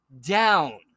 down